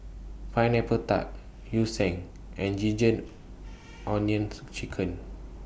Pineapple Tart Yu Sheng and Ginger Onions Chicken